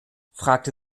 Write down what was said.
fragte